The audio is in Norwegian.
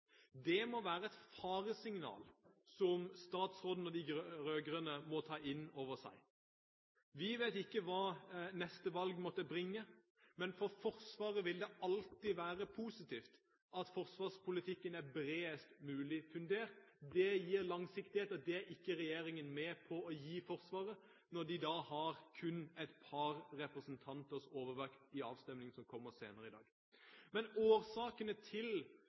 Det må være et faresignal som statsråden og de rød-grønne må ta inn over seg. Vi vet ikke hva neste valg måtte bringe, men for Forsvaret vil det alltid være positivt at forsvarspolitikken er bredest mulig fundert. Det gir langsiktighet, og det er ikke regjeringen med på å gi Forsvaret når de kun har et par representanters overvekt i avstemningen som kommer senere i dag. Men årsakene til